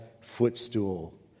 footstool